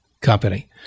company